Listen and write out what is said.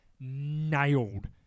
Nailed